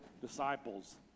disciples